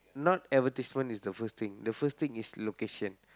not advertisement is the first thing the first thing is location